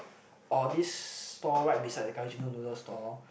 or this stall right beside this curry chicken noodle stall